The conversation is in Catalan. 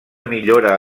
millora